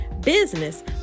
business